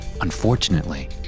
Unfortunately